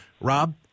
Rob